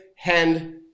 hand